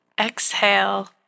exhale